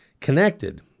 connected